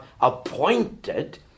appointed